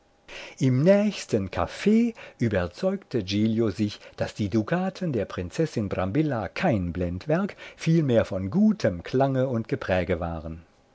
im nächsten caf überzeugte giglio sich daß die dukaten der prinzessin brambilla kein blendwerk vielmehr von gutem klange und gepräge waren